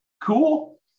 Cool